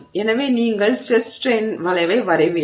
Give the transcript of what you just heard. எனவே நீங்கள் stress strain வளைவை வரைவீர்கள்